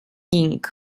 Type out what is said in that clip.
inc